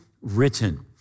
written